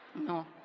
No